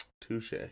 Touche